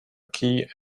key